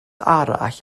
arall